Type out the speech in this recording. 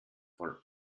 von